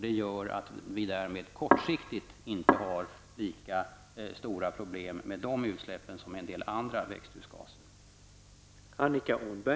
Det gör att vi därmed kortsiktigt inte har lika stora problem med dessa utsläpp som med en del andra växthusgaser.